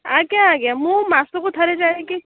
ଆଜ୍ଞା ଆଜ୍ଞା ମୁଁ ମାସକୁ ଥରେ ଯାଇକି